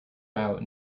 route